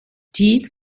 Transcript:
dies